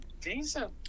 decent